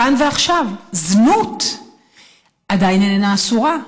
כאן ועכשיו, זנות עדיין איננה אסורה.